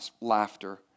laughter